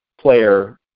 player